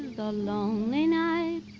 the lonely nights,